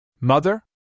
Mother